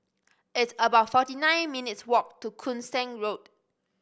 it's about forty nine minutes' walk to Koon Seng Road